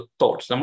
thoughts